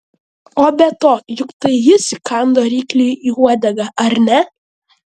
o be to juk tai jis įkando rykliui į uodegą ar ne